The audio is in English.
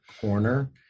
corner